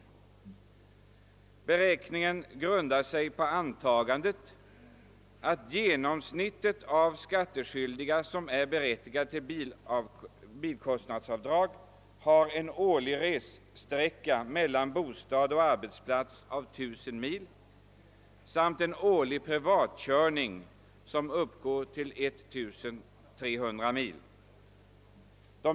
Beräkningen bygger på antagandet att genomsnittet av skattskyldiga som är berättigade till bilkostnadsavdrag har en årlig ressträcka mellan bostad och arbetsplats av 1000 mil samt en årlig privatkörning som uppgår till 1300 mil.